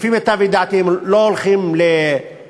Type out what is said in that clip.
לפי מיטב ידיעתי הם לא הולכים להפסיק